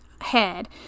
head